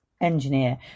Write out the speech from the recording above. engineer